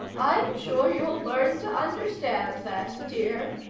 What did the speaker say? i'm sure you'll learn to understand that, dear.